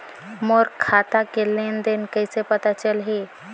मोर खाता के लेन देन कइसे पता चलही?